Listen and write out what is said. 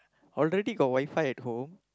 already got WiFi at home